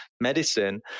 medicine